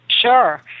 Sure